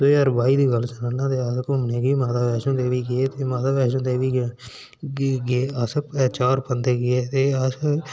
अस घूमने गी गे माता वैष्णो देवी गे ते माता वैष्णो देवी गे चार बंदे गे तेअस उस